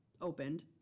opened